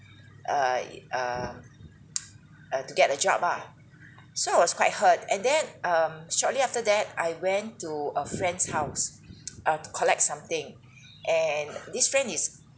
err i~ err uh to get a job ah so I was quite hurt and then um shortly after that I went to a friend's house uh to collect something and this friend is